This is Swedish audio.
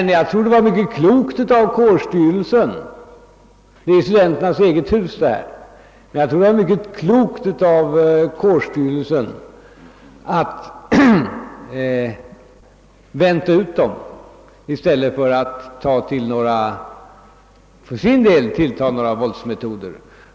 Men jag tror att det var klokt av kårhusstyrelsen — det är fråga om studenternas eget hus — att vänta ut dem i stället för att själv ta till några våldsmetoder.